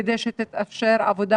כדי שתתאפשר עבודה